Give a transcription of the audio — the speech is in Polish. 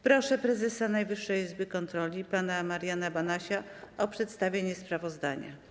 Proszę prezesa Najwyższej Izby Kontroli pana Mariana Banasia o przedstawienie sprawozdania.